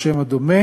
או שם הדומה,